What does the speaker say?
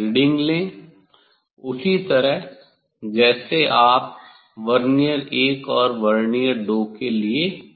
reading लें उसी तरह जैसे आप वर्नियर 1 और वर्नियर 2 के लिए रीडिंग लेते हैं